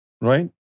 Right